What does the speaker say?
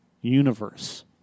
universe